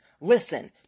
Listen